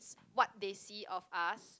what they see of us